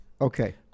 Okay